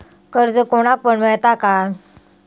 कर्ज कोणाक पण मेलता काय?